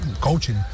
coaching